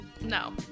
no